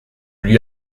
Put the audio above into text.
lui